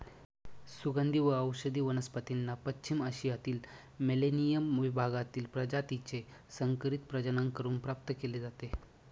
सुगंधी व औषधी वनस्पतींना पश्चिम आशियातील मेलेनियम विभागातील प्रजातीचे संकरित प्रजनन करून प्राप्त केले जाते